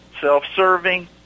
self-serving